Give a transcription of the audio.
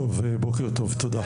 בוקר טוב, תודה.